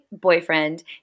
boyfriend